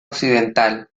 occidental